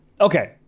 Okay